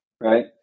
right